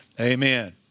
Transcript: Amen